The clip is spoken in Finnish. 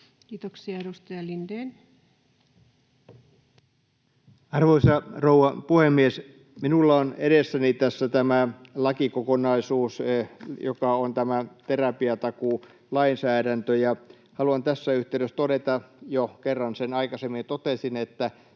2025 Time: 21:33 Content: Arvoisa rouva puhemies! Minulla on edessäni tässä tämä lakikokonaisuus, joka on tämä terapiatakuulainsäädäntö, ja haluan tässä yhteydessä todeta, jo kerran sen aikaisemmin totesin, että